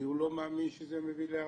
הוא לא מאמין שזה מביא להרתעה.